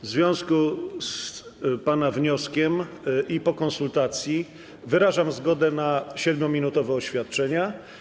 W związku z pana wnioskiem i po konsultacji wyrażam zgodę na 7-minutowe oświadczenia.